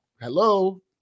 hello